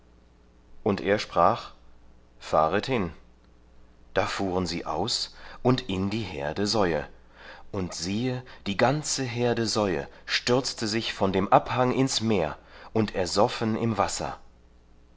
und er sprach fahret hin da fuhren sie aus und in die herde säue und siehe die ganze herde säue stürzte sich von dem abhang ins meer und ersoffen im wasser